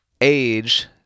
Age